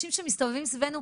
אנשים שמסתובבים סביבנו.